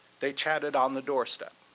they chatted on the doorstep